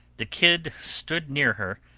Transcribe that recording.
the kid stood near her,